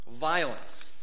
Violence